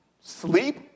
sleep